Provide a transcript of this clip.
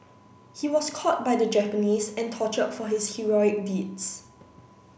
he was caught by the Japanese and tortured for his heroic deeds